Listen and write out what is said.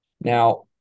Now